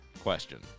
question